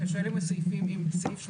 אתה שואל אם סעיף 8ה'